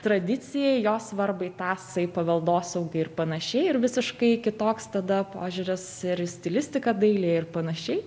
tradicijai jos svarbai tąsai paveldosaugai ir panašiai ir visiškai kitoks tada požiūris ir į stilistiką dailėj ir panašiai